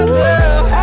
love